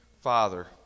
father